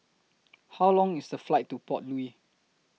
How Long IS The Flight to Port Louis